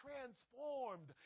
transformed